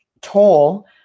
toll